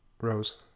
Rose